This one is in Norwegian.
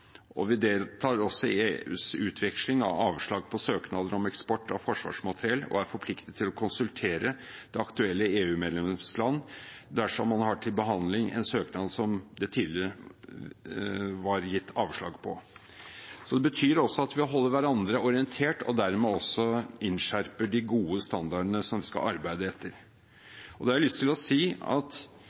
og konkrete forhold. Vi deltar også i EUs utveksling av avslag på søknader om eksport av forsvarsmateriell og er forpliktet til å konsultere det aktuelle EU-medlemsland dersom man har til behandling en søknad som det tidligere er gitt avslag på. Det betyr at vi holder hverandre orientert, og dermed også innskjerper de gode standardene vi skal arbeide etter. Det refereres ikke så ofte til